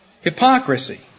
Hypocrisy